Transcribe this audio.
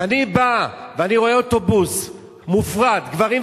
כשאני בא ואני רואה אוטובוס מופרד, גברים ונשים,